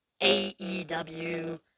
AEW